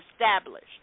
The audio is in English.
established